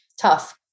tough